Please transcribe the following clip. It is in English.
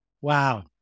Wow